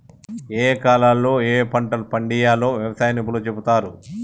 ఏయే కాలాల్లో ఏయే పంటలు పండియ్యాల్నో వ్యవసాయ నిపుణులు చెపుతారు